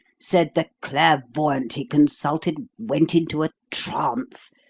said the clairvoyante he consulted went into a trance,